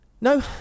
No